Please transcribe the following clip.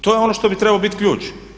To je ono što bi trebao biti ključ.